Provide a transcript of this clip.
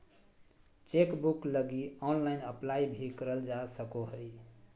chequebook लगी online apply भी करल जा सको हइ